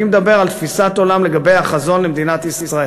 אני מדבר על תפיסת עולם לגבי החזון של מדינת ישראל